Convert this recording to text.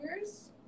years